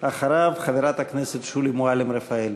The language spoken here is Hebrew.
אחריו, חברת הכנסת שולי מועלם-רפאלי.